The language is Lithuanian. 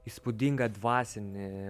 įspūdingą dvasinį